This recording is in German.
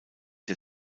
der